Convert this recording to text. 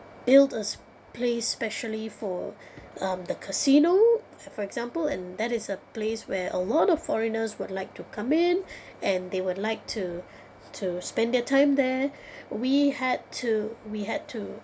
build a s~ place specially for um the casino for example and that is a place where a lot of foreigners would like to come in and they would like to to spend their time there we had to we had to